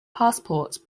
passports